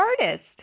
artist